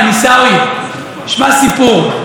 עיסאווי, שמע סיפור.